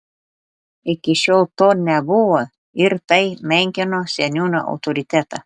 iki šiol to nebuvo ir tai menkino seniūno autoritetą